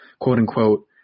quote-unquote